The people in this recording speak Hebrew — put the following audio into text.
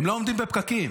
הם לא עומדים בפקקים.